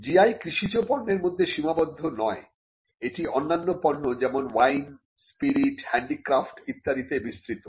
GI কৃষিজ পণ্যের মধ্যে সীমাবদ্ধ নয় এটি অন্যান্য পণ্য যেমন ওয়াইন স্পিরিট হ্যান্ডিক্রাফট ইত্যাদিতে বিস্তৃত